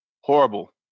Horrible